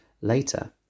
Later